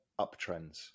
uptrends